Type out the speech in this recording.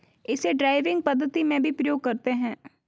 इसे ड्राइविंग पद्धति में भी प्रयोग करते हैं